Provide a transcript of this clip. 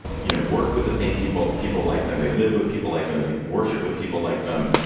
you know, work with the same people. people like them. they live with people like them. they worship with people like them.